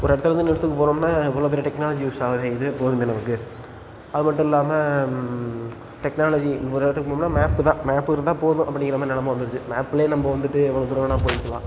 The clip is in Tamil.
ஒரு இடத்துலேருந்து இன்னொரு இடத்துக்கு போகிறோம்னா இவ்வளோ பெரிய டெக்னாலஜி யூஸாகுது இதுவே போதுமே நமக்கு அது மட்டும் இல்லாமல் டெக்னாலஜி ஒரு இடத்துக்கு போகணும்னா மேப்பு தான் மேப்பு இருந்தால் போதும் அப்படிங்கிற மாதிரி நெலமை வந்துருச்சு மேப்பில் நம்ப வந்துட்டு எவ்வளோ தூரம் வேணால் போய்க்கிலாம்